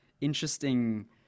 interesting